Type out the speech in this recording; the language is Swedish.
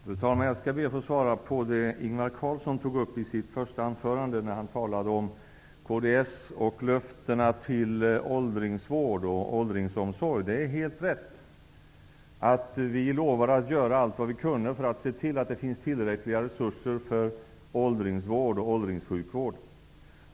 Fru talman! Jag skall be att få svara på det Ingvar Carlsson tog upp i sitt första anförande när han talade om kds och löftena till åldringsvård och åldringsomsorg. Det är helt rätt att vi lovade att göra allt vad vi kunde för att se till att det finns tillräckliga resurser för åldringsvård och åldringssjukvård.